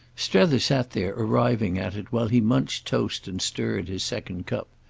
strether sat there arriving at it while he munched toast and stirred his second cup.